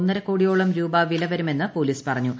ഒന്നരക്കോടിയോളം രൂപ വിലവരുമെന്ന് പോലീസ് പറഞ്ഞു